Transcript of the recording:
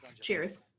cheers